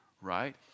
right